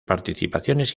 participaciones